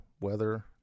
weather